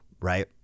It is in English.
right